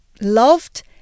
loved